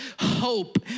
hope